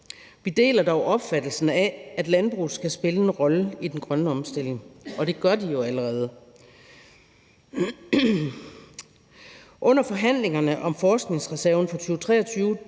Vi deler dog opfattelsen af, at landbruget skal spille en rolle i den grønne omstilling, og det gør de jo allerede. Under forhandlingerne om forskningsreserven for 2023